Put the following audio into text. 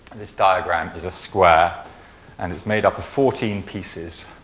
this diagram is a square and it's made up fourteen pieces.